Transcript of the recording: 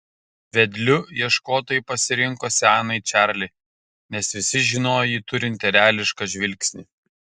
vedliu ieškotojai pasirinko senąjį čarlį nes visi žinojo jį turint erelišką žvilgsnį